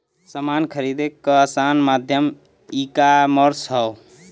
समान खरीदे क आसान माध्यम ईकामर्स हौ